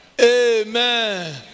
Amen